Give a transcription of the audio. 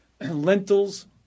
lentils